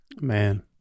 man